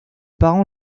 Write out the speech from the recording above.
parents